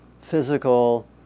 physical